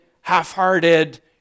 half-hearted